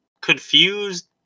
confused